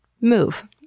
move